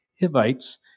Hivites